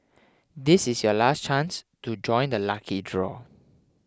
this is your last chance to join the lucky draw